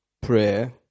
prayer